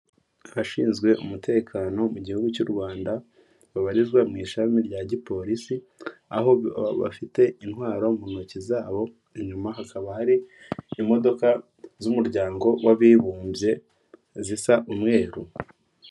Abashinzwe umutekano mu gihugu cy'u Rwanda, babarizwa mu ishami rya gipolisi, aho bafite intwaro mu ntoki zabo inyuma hakaba hari imodoka z'umuryango w'abibumbye, zisa umweru.